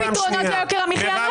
הוא לא מקדם פתרונות ליוקר המחייה אלא